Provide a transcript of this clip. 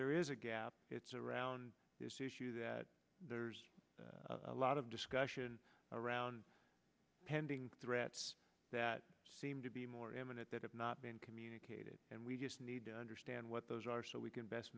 there is a gap it's around this issue that there's a lot of discussion around pending threats that seem to be more imminent that have not been communicated and we just need to understand what those are so we can best